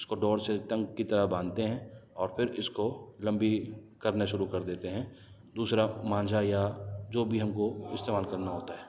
اس کو ڈور سے تنگ کی طرح باندھتے ہیں اور پھر اس کو لمبی کرنے شروع کر دیتے ہیں دوسرا مانجھا یا جو بھی ہم کو استعمال کرنا ہوتا ہے